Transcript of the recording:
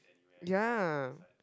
ya